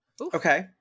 Okay